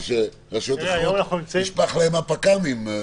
מה שבעיריות אחרות נשפכים להם הפק"מים.